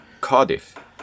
Cardiff